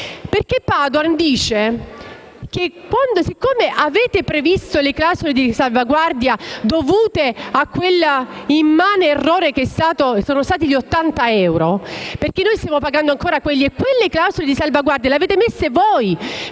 Padoan. Voi avete previsto le clausole di salvaguardia, dovute a quell'immane errore che sono stati gli 80 euro, che stiamo pagando ancora. Quelle clausole di salvaguardia le avete messe voi,